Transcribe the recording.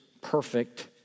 perfect